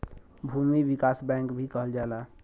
भूमि विकास बैंक भी कहल जाला